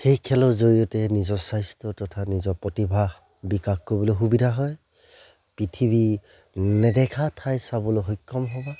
সেই খেলৰ জৰিয়তে নিজৰ স্বাস্থ্য তথা নিজৰ প্ৰতিভা বিকাশ কৰিবলৈ সুবিধা হয় পৃথিৱীৰ নেদেখা ঠাই চাবলৈ সক্ষম হ'বা